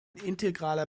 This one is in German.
integraler